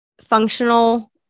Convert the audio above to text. functional